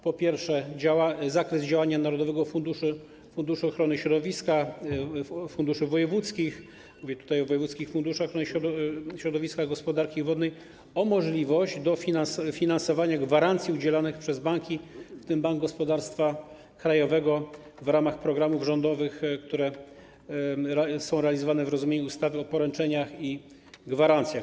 Po pierwsze, rozszerza zakres działania narodowego funduszu ochrony środowiska i funduszy wojewódzkich - mówię tutaj o wojewódzkich funduszach ochrony środowiska i gospodarki wodnej - o możliwość finansowania gwarancji udzielanych przez banki, w tym Bank Gospodarstwa Krajowego, w ramach programów rządowych, które są realizowane, w rozumieniu ustawy o poręczeniach i gwarancjach.